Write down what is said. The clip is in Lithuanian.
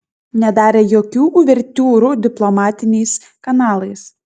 nedarė jokių uvertiūrų diplomatiniais kanalais